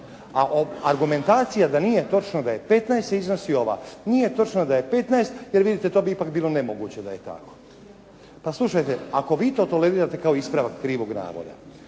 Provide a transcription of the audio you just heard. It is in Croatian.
A argumentacija da nije točno da je 15 iznosi ova, nije točno da je 15 jer vidite to bi ipak bilo nemoguće da je tako. Pa slušajte, ako vi to tolerirate kao ispravak krivog navoda,